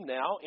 now